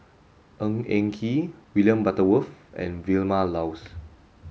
Ng Eng Kee William Butterworth and Vilma Laus